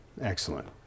Excellent